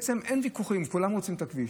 בעצם, אין ויכוחים, כולם רוצים את הכביש.